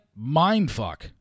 mindfuck